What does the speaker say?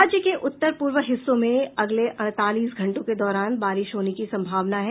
राज्य के उत्तर पूर्व हिस्सों में अगले अड़तालीस घंटों के दौरान बारिश होने की सम्भावना है